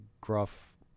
gruff